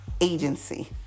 Agency